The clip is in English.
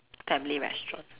family restaurant